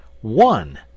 one